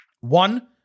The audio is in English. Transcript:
One